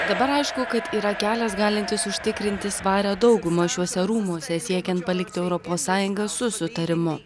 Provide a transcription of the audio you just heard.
dabar aišku kad yra kelias galintis užtikrinti svarią daugumą šiuose rūmuose siekiant palikti europos sąjungą su sutarimu